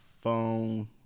phone